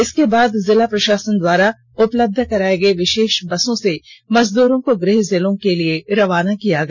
इसके बाद जिला प्रषासन द्वारा उपलब्ध कराये गये विषेष बस से मजदूरों को गृह जिले के लिए रवाना किया गया